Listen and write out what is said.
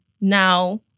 now